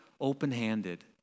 open-handed